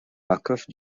marcof